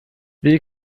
wie